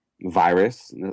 virus